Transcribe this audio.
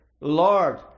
Lord